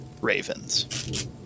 ravens